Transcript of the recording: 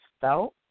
felt